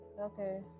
Okay